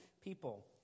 people